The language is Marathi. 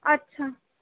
अच्छा